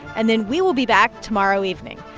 and then we will be back tomorrow evening.